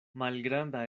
malgranda